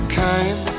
came